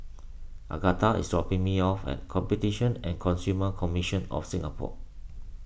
Agatha is dropping me off at Competition and Consumer Commission of Singapore